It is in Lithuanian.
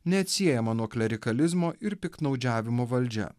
neatsiejama nuo klerikalizmo ir piktnaudžiavimo valdžia